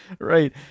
right